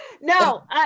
no